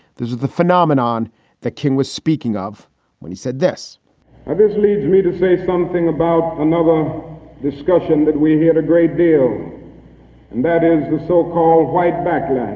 this is the phenomenon that king was speaking of when he said this and this leads me to say something about another discussion that we had a great deal, and that is the so-called white backlash.